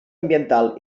ambiental